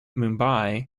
mumbai